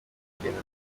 tugenda